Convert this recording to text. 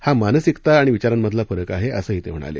हा मानसिकता आणि विचारां मधला फरक आहे असंही ते म्हणाले